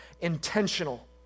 intentional